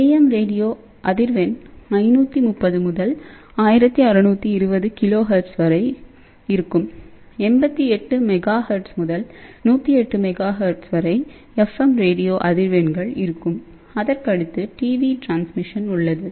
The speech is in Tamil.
AM ரேடியோ அதிர்வெண் 530 முதல் 1620 KHz வரை 88 MHz முதல் 108MHzவரை FM ரேடியோ அதிர்வெண்கள் இருக்கும் அதற்கடுத்து டிவி டிரான்ஸ்மிஷன் உள்ளது